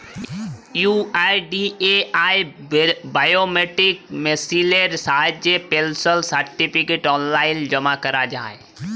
UIDAI biometric মেসিলের সাহায্যে pension certificate অললাইল জমা ক্যরা যায়